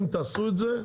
אם תעשו את זה,